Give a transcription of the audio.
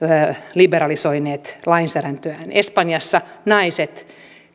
liberalisoineet lainsäädäntöään espanjassa naiset